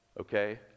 okay